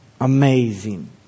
Amazing